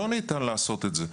לא ניתן לעשות את זה.